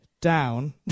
Down